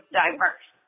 diverse